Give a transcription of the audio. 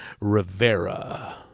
Rivera